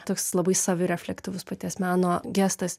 toks labai savirefleksyvus paties meno gestas